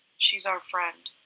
she's our friend.